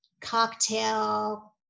cocktail